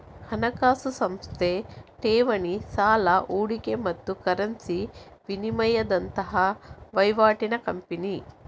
ಹಣಕಾಸು ಸಂಸ್ಥೆ ಠೇವಣಿ, ಸಾಲ, ಹೂಡಿಕೆ ಮತ್ತು ಕರೆನ್ಸಿ ವಿನಿಮಯದಂತಹ ವೈವಾಟಿನ ಕಂಪನಿ